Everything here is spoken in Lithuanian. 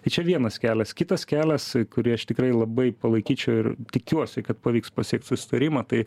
tai čia vienas kelias kitas kelias kurį aš tikrai labai palaikyčiau ir tikiuosi kad pavyks pasiekt susitarimą tai